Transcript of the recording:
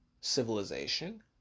civilization